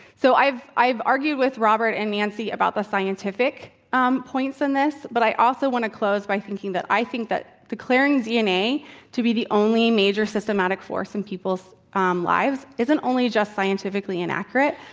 so, i've i've argued with robert and nancy about the scientific um points in this, but i also want to close by thinking that i think that declaring dna to be the only major systematic force in people's um lives isn't only just scientifically inaccurate,